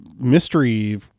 mystery